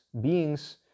beings